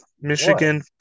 Michigan